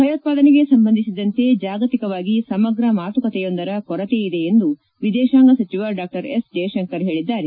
ಭಯೋತ್ವಾದನೆ ಸಂಬಂಧಿಸಿದಂತೆ ಚಾಗತಿಕವಾಗಿ ಸಮಗ್ರ ಮಾತುಕತೆಯೊಂದರ ಕೊರತೆಯಿದೆ ಎಂದು ವಿದೇತಾಂಗ ಸಚಿವ ಜೈಶಂಕರ್ ಹೇಳಿದ್ದಾರೆ